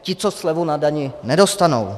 Ti co, slevu na dani nedostanou.